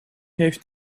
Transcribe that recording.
heeft